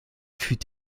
fut